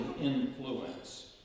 influence